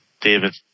David